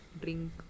drink